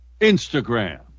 Instagram